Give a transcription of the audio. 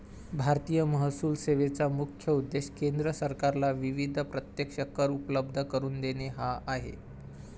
भारतीय महसूल सेवेचा मुख्य उद्देश केंद्र सरकारला विविध प्रत्यक्ष कर उपलब्ध करून देणे हा आहे